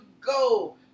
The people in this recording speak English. go